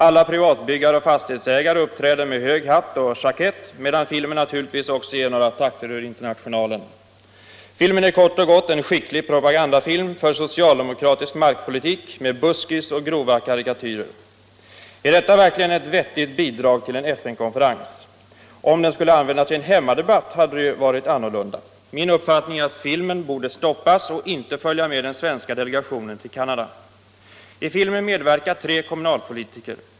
Alla privata byggare och fastighetsägare uppträder i filmen i hög hatt och jackett, samtidigt som filmen naturligtvis återger några takter ur Internationalen. Filmen är kort och gott en skicklig propagandafilm för socialdemokratisk markpolitik med buskis och grova karikatyrer. Är detta verkligen ett vettigt bidrag till en FN-konferens? Om den skulle användas i en hemmadebatt hade det varit en annan sak. Min uppfattning är att filmen borde stoppas och inte följa med den svenska delegationen till Canada. I filmen medverkar tre kommunalpolitiker.